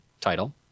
title